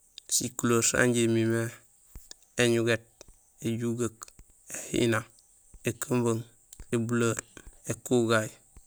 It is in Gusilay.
Sikuleer sanjé imimé éñugét, éjugeek, éhina, ékumbung, ébuleer, ékugay.